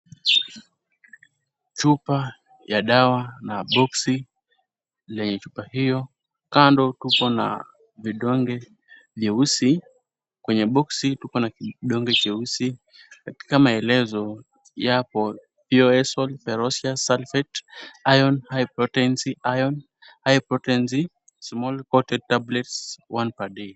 Chupa ya dawa na boksi lenye chupa hiyo. Kando tupo na vidonge vyeusi. Kwenye boksi tupo na kidonge cheusi, katika maelezo yapo, Feoesal ferrosia, sulfate, iron, potency, iron, high potency, small potent tablets, one per day .